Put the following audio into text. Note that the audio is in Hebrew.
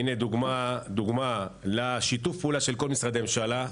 הנה דוגמה לשיתוף הפעולה של כל משרדי הממשלה.